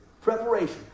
Preparation